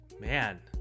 man